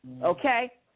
Okay